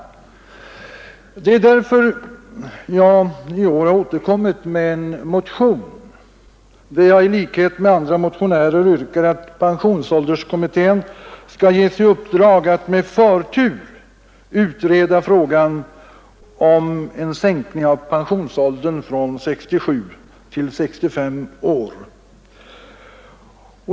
Därför har jag i år återkommit med en motion och i likhet med andra motionärer yrkat att pensionsålderskommittén skall ges i uppdrag att med förtur utreda frågan om en sänkning av pensionsåldern från 67 till 65 år.